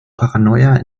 paranoia